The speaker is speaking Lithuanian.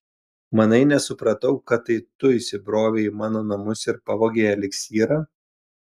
manai nesupratau kad tai tu įsibrovei į mano namus ir pavogei eliksyrą